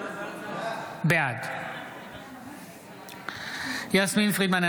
בעד יסמין פרידמן,